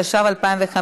התשע"ו 2015,